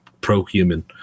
pro-human